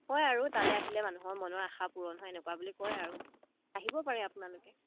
কয় আৰু তালৈ আহিলে মানুহৰ মনৰ আশা পূৰণ হয় এনেকুৱা বুলি কয় আৰু আহিব পাৰে আপোনালোকে